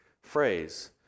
phrase